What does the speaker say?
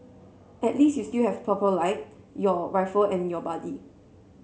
at least you still have purple light your rifle and your buddy